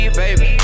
baby